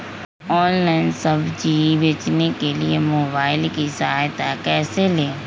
Online सब्जी बेचने के लिए मोबाईल की सहायता कैसे ले?